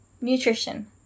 nutrition